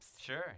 Sure